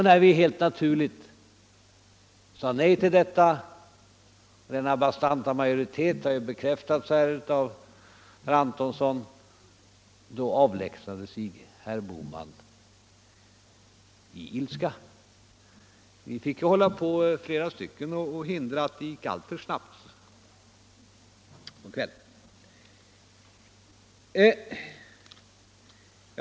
När vi helt naturligt sade nej till detta — denna bastanta majoritet har bekräftats här av herr Antonsson — då avlägsnade sig herr Bohman i ilska. Vi fick flera stycken försöka förhindra att det skedde alltför tidigt.